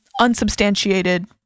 unsubstantiated